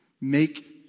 Make